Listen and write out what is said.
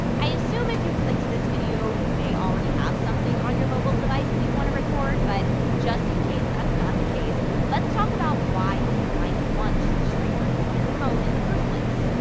i assume if you clicked this video you may already have something on your mobile device that you want to record, but just in case that's not the case, let's talk about why you might want to screen record your phone in the first place.